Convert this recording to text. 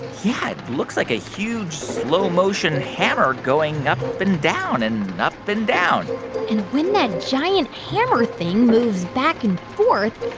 yeah. it looks like a huge, slow-motion hammer going up and down and up and down and when that giant hammer thing moves back and forth,